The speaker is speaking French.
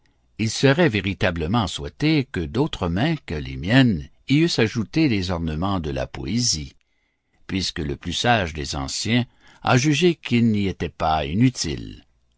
il serait véritablement à souhaiter que d'autres mains que les miennes y eussent ajouté les ornements de la poésie puisque le plus sage des anciens a jugé qu'ils n'y étaient pas inutiles